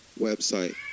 website